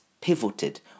pivoted